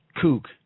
kook